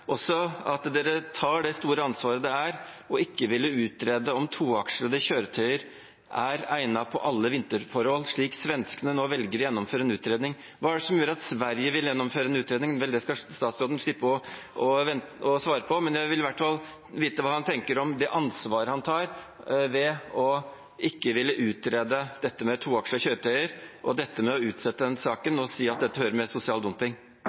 også at de tar det store ansvaret det er ikke å ville utrede om toakslede kjøretøyer er egnet på alle vinterforhold, slik svenskene nå velger å gjennomføre en utredning. Hva er det som gjør at Sverige vil gjennomføre en utredning? Vel, det skal statsråden slippe å svare på, men jeg vil i hvert fall vite hva han tenker om det ansvar han tar ved ikke å ville utrede dette med toakslede kjøretøy og ved å utsette saken og si at dette hører sammen med sosial dumping.